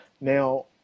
Now